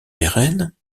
pérennes